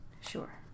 sure